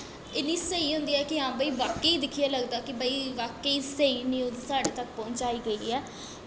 इन्नियां स्हेई होंदियां कि हां भाई बाकया दिक्खियै लगदा हां भाई कि बाकया स्हेई न्यूज़ साढ़े तांई पजाई गेई ऐ